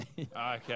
Okay